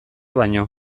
baino